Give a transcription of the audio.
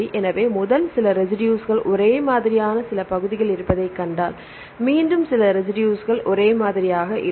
எனவே முதல் சில ரெசிடுஸ்கள் ஒரே மாதிரியான சில பகுதிகள் இருப்பதைக் கண்டால் மீண்டும் சில ரெசிடுஸ்கள் ஒரே மாதிரியாக இருக்கும்